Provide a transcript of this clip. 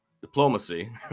diplomacy